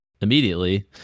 immediately